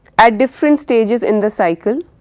at different stages in the cycle,